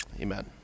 Amen